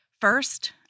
First